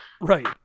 Right